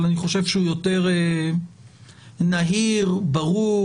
אבל אני חושב שהוא יותר נהיר וברור,